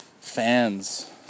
fans